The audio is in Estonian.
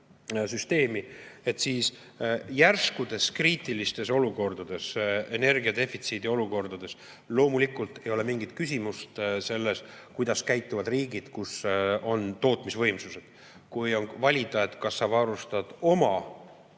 elektrisüsteemist, järskudes kriitilistes olukordades, energiadefitsiidi olukordades loomulikult ei ole mingit küsimust selles, kuidas käituvad riigid, kus on [oma] tootmisvõimsused. Kui on valida, kas sa varustad oma